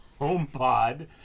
HomePod